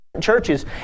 churches